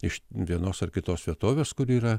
iš vienos ar kitos vietovės kur yra